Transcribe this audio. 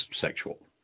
sexual